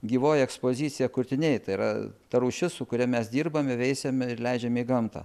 gyvoji ekspozicija kurtiniai tai yra ta rūšis su kuria mes dirbam ir veisiam ir leidžiam į gamtą